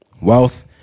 Wealth